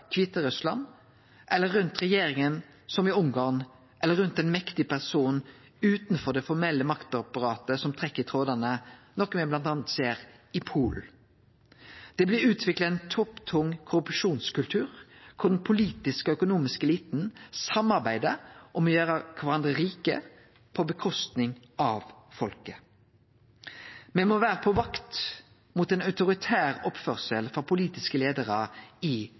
Kviterussland, rundt regjeringa, som i Ungarn, eller rundt ein mektig person utanfor det formelle maktapparatet som trekkjer i trådane, noko me bl.a. ser i Polen. Det blir utvikla ein topptung korrupsjonskultur, der den politiske og økonomiske eliten samarbeider om å gjere kvarandre rike på kostnad av folket. Me må vere på vakt mot autoritær oppførsel frå politiske leiarar i